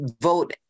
VOTE